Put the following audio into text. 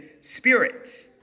spirit